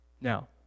Now